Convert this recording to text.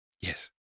Yes